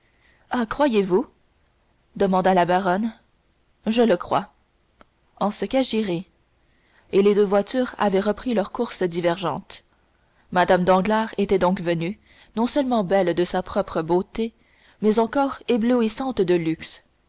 croyez-vous demanda la baronne je le crois en ce cas j'irai et les deux voitures avaient repris leur course divergente mme danglars était donc venue non seulement belle de sa propre beauté mais encore éblouissante de luxe